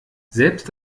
selbst